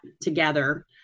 together